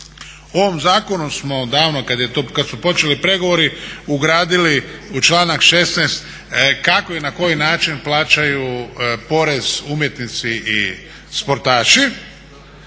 ovom zakonu smo davno kad su počeli pregovori ugradili u članak 16.kako i na koji način plaćaju porez umjetnici i sportaši.